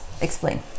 Explain